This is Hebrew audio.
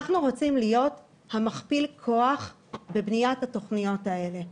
אנחנו רוצים להיות מכפיל הכוח בבניית התוכניות האלה.